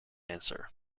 answer